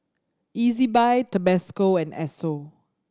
Ezbuy Tabasco and Esso